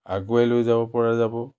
আগুৱাই লৈ যাব পৰা যাব